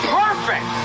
perfect